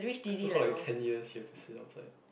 so for like ten years he has to sit outside